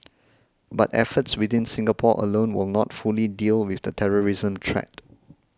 but efforts within Singapore alone will not fully deal with the terrorism threat